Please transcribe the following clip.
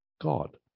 God